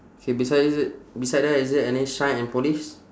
K besides it beside there is there any shine and polish